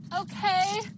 Okay